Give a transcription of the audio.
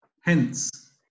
Hence